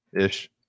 Ish